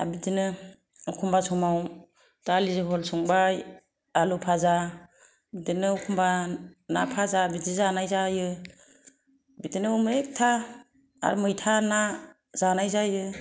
आरो बिदिनो एखनबा समाव दालि जहल संबाय आलु फाजा बिदिनो एखनबा ना फाजा बिदि जानाय जायो बिदिनो बायदि रोखोम मैथा ना जानाय जायो